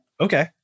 Okay